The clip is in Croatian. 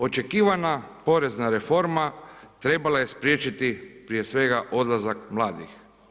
Očekivana porezna reforma trebala je spriječiti prije svega odlazak mladih.